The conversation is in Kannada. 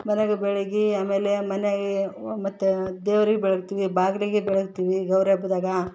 ಮನ್ಯಾಗ ಬೆಳಗಿ ಆಮೇಲೆ ಮನೇಯ ವ ಮತ್ತು ದೇವ್ರಿಗೆ ಬೆಳಗ್ತೀವಿ ಬಾಗಿಲಿಗೆ ಬೆಳಗ್ತೀವಿ ಗೌರಿ ಹಬ್ದಾಗ